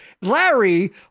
Larry